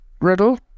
Riddle